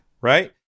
right